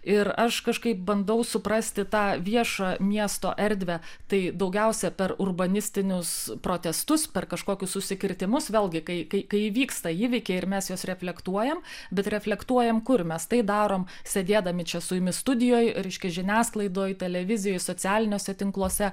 ir aš kažkaip bandau suprasti tą viešą miesto erdvę tai daugiausia per urbanistinius protestus per kažkokius užsikirtimus vėlgi kai kai įvyksta įvykiai ir mes juos reflektuojam bet reflektuojam kur mes tai darom sėdėdami čia su jumis studijoj reiškia žiniasklaidoj televizijoj socialiniuose tinkluose